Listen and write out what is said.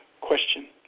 question